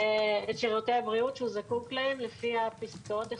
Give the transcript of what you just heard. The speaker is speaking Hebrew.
הבריאות שהוא זקוק להם לפי פסקאות (1)